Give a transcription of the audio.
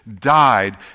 died